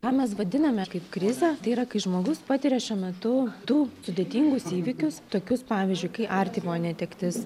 ką mes vadiname kaip krizę tai yra kai žmogus patiria šiuo metu daug sudėtingus įvykius tokius pavyzdžiui kaip artimojo netektis